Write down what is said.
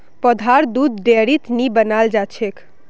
पौधार दुध डेयरीत नी बनाल जाछेक